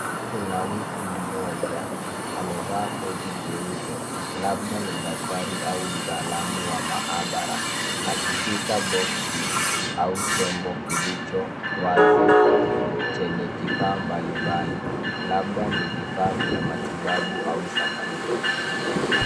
Kuna mtu mmoja amevaa koti jeupe labda ni daktari au mtaalamu wa maabara akishika boxi au chombo kilicho wazi chenye kifaa mbalimbali labda ni vifaa vya matibabu au sampuli.